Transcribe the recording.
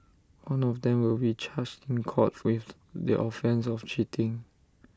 one of them will be charged in court with the offence of cheating